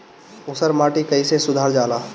ऊसर माटी कईसे सुधार जाला?